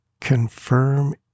Confirm